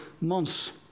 months